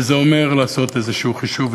וזה אומר לעשות איזשהו חישוב,